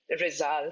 result